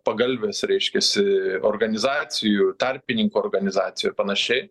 pagalvės reiškiasi organizacijų tarpininkų organizacijų ir panašiai